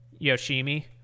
Yoshimi